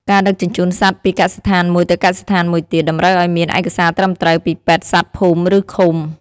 ការដឹកជញ្ជូនសត្វពីកសិដ្ឋានមួយទៅកសិដ្ឋានមួយទៀត តម្រូវឱ្យមានឯកសារត្រឹមត្រូវពីពេទ្យសត្វភូមិ ឬឃុំ។